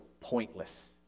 pointless